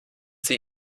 sie